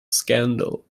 scandal